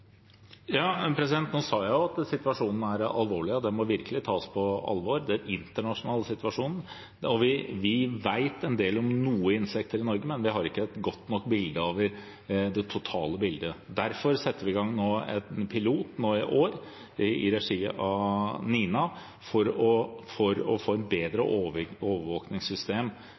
Nå sa jeg at situasjonen er alvorlig, og den internasjonale situasjonen må virkelig tas på alvor. Vi vet en del om noen insekter i Norge, men vi har ikke god nok oversikt over det totale bildet. Derfor setter vi i år i gang en pilot i regi av NINA for å få et bedre overvåkingssystem for å